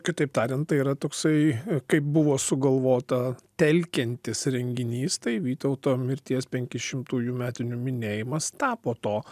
kitaip tariant tai yra toksai kaip buvo sugalvota telkiantis renginys tai vytauto mirties penki šimtųjų metinių minėjimas tapo to